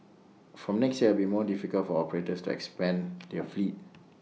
from next year be more difficult for operators to expand their fleet